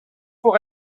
pour